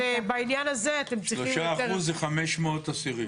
אז בעניין הזה אתם צריכים יותר --- 3% זה 500 אסירים.